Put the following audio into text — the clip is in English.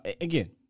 Again